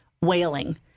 wailing